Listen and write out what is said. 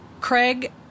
Craig